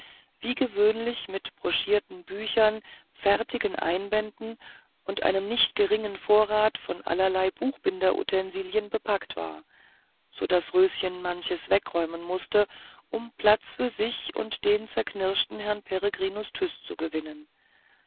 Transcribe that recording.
wie gewöhnlich mit broschierten büchern fertigen einbänden und einem nicht geringen vorrat von allerlei buchbinderutensilien bepackt war so daß röschen manches wegräumen mußte um platz für sich und den zerknirschten herrn peregrinus tyß zu gewinnen